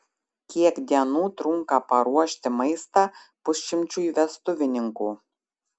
kiek dienų trunka paruošti maistą pusšimčiui vestuvininkų